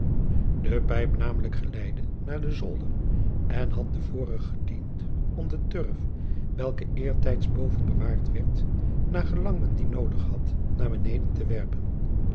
de pijp namelijk geleidde naar den zolder en had te voren gediend om de turf welke eertijds boven bewaard werd naar gelang men dien noodig had naar beneden te werpen